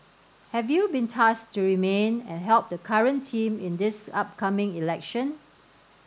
have you been tasked to remain and help the current team in this upcoming election